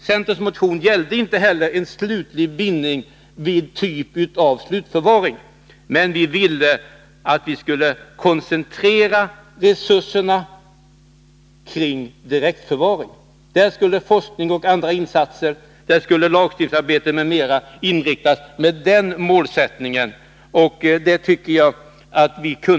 Centerns motion gällde inte heller en slutgiltig bindning för typ av slutförvaring, utan vi ville att vi skulle koncentrera resurserna till direktförvaring: på den målsättningen skulle forskning och Nr 76 andra insatser, lagstiftningsarbete, m.m. inriktas. Det tycker jag att vi kunde Måndagen den ha varit överens om.